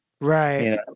Right